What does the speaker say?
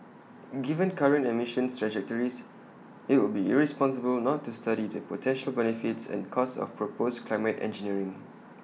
given current emissions trajectories IT would be irresponsible not to study the potential benefits and costs of proposed climate engineering